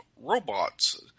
robots –